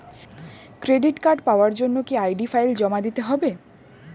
Credit card পাওয়ার জন্য কি আই.ডি ফাইল জমা দিতে হবে?